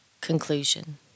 Conclusion